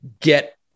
get